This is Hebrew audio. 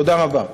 תודה רבה.